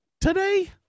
today